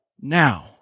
now